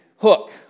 hook